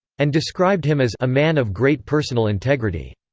and described him as a man of great personal integrity.